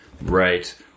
Right